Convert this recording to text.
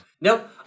Nope